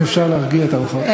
אם אפשר להרגיע את הרוחות.